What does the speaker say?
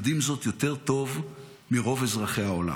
יודעים זאת יותר טוב מרוב אזרחי העולם.